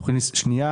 תוכנית מספר 2,